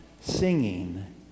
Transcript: singing